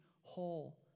whole